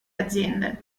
aziende